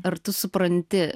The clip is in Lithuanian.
ar tu supranti